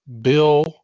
Bill